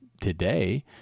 today